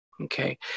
okay